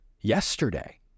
yesterday